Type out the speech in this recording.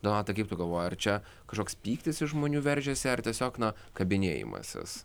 donatai kaip tu galvoji ar čia kažkoks pyktis iš žmonių veržėsi ar tiesiog na kabinėjimasis